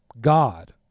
God